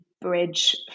bridge